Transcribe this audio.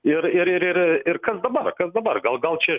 ir ir ir ir ir kas dabar kas dabar gal gal čia